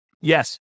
Yes